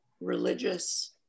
religious